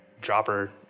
dropper